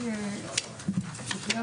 14:05.